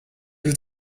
will